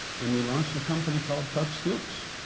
and we launched a company called tuck's tooques,